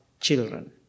children